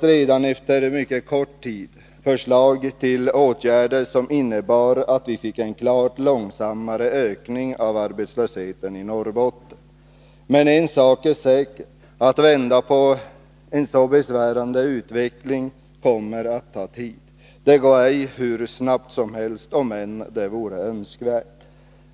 Redan efter mycket kort tid lade man fram förslag till åtgärder som innebar att vi fick en klart långsammare ökning av arbetslösheten i Norrbotten. Men en sak är säker: Att vända på en så besvärande utveckling kommer att ta tid. Det går ej hur snabbt som helst, om än det vore önskvärt.